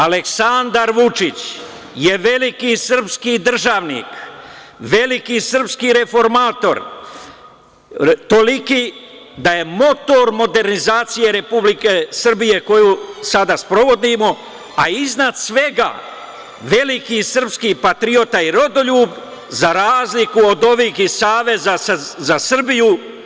Aleksandar Vučić, je veliki sprski državnik, veliki srpski reformator, toliki da je motor modernizacije Republike Srbije, koju sada sprovodimo, a iznad svega veliki srpski patriota i rodoljub, za razliku od ovih ih Saveza za Srbiju.